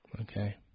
Okay